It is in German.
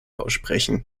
aussprechen